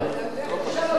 לך תשאל אותם.